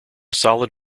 solid